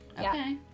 Okay